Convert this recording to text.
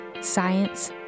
science